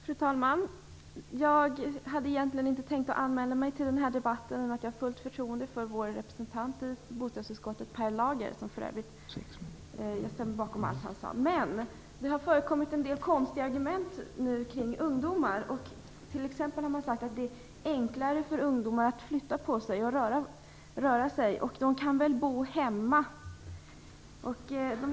Herr talman! Jag hade egentligen inte tänkt att anmäla mig till den här debatten, eftersom jag har fullt förtroende för vår representant i bostadsutskottet, Per Lager. Jag ställer mig för övrigt bakom allt han sade. Det har i debatten förekommit en del konstiga argument om ungdomar. Man har t.ex. sagt att det är enklare för ungdomar att flytta på sig och att de är rörligare. De kan väl bo hemma, säger man.